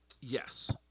Yes